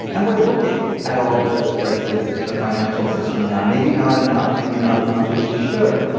and we're looking at all of those places in the financial system now. maybe not enough, maybe not as much as we should.